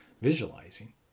visualizing